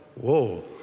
whoa